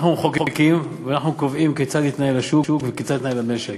אנחנו מחוקקים ואנחנו קובעים כיצד יתנהל השוק וכיצד יתנהל המשק.